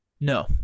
No